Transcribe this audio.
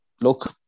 look